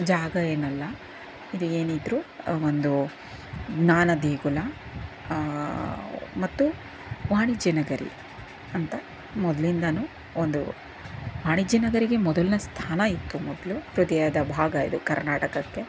ಜಾಗ ಏನಲ್ಲ ಇದು ಏನಿದ್ದರೂ ಒಂದು ಜ್ಞಾನದೇಗುಲ ಮತ್ತು ವಾಣಿಜ್ಯ ನಗರಿ ಅಂತ ಮೊದ್ಲಿಂದಾ ಒಂದು ವಾಣಿಜ್ಯ ನಗರಿಗೆ ಮೊದಲನೆ ಸ್ಥಾನ ಇತ್ತು ಮೊದಲು ಹೃದಯದ ಭಾಗ ಇದು ಕರ್ನಾಟಕಕ್ಕೆ